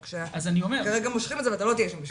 אבל כרגע מושכים את זה ואתה לא תהיה שם בשבילנו.